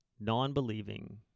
non-believing